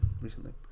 recently